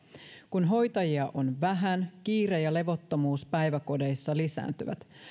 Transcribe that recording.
kun hoitajia on vähän kiire ja levottomuus päiväkodeissa lisääntyvät